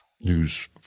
news